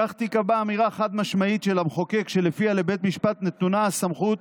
בכך תיקבע אמירה חד-משמעית של המחוקק שלפיה לבית המשפט נתונה הסמכות